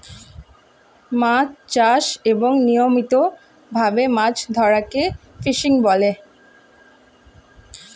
মাছ চাষ এবং নিয়মিত ভাবে মাছ ধরাকে ফিশিং বলে